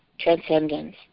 transcendence